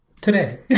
Today